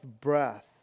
breath